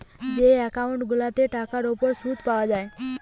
যে একউন্ট গুলাতে টাকার উপর শুদ পায়া যায়